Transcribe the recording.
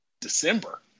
December